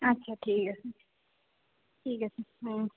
আচ্ছা ঠিক আছে ঠিক আছে হুম